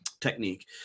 Technique